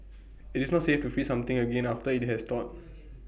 IT is not safe to freeze something again after IT has thawed